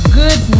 good